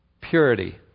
Purity